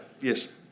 Yes